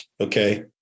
okay